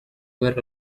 were